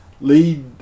Lead